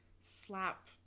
slap